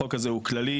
החוק הזה הוא כללי.